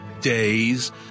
days